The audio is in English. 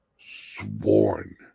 sworn